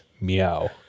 meow